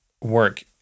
work